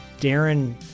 Darren